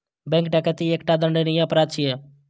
bank डकैती एकटा दंडनीय अपराध छियै